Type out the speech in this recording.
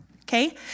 Okay